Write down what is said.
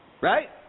Right